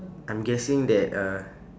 I'm guessing that uh